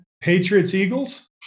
Patriots-Eagles